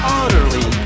utterly